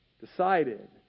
decided